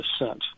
descent